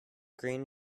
green